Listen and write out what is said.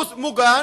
הוא מוגן,